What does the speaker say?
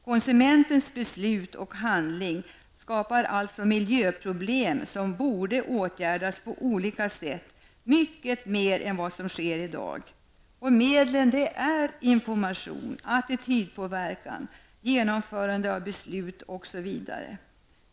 Konsumentens beslut och handling skapar alltså miljöproblem som borde åtgärdas på olika sätt mycket mer än vad som sker i dag. Medlen är: information, attitydpåverkan, genomförande av beslut osv.